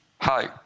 Hi